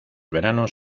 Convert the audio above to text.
veranos